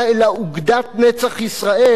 אלא אוגדת "נצח ישראל",